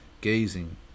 gazing